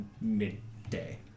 midday